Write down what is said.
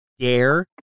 Dare